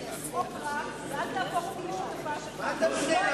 זה חוק רע, ואל תהפוך אותי לשותפה שלך.